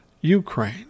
Ukraine